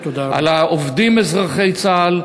על העובדים אזרחי צה"ל,